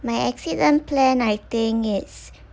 my accident plan I think it's